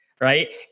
Right